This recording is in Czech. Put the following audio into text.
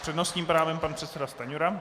S přednostním právem pan předseda Stanjura.